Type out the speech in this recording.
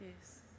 Yes